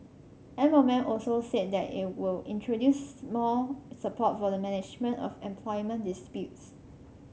M O M also said that it will introduce more support for the management of employment disputes